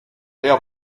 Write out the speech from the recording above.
l’air